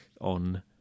on